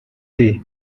day